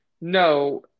No